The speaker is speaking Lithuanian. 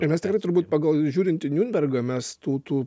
ir mes tikrai turbūt pagal žiūrint į niurnbergą mes tų tų